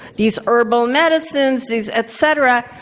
these herbal medicines, these et cetera.